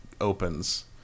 opens